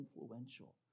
influential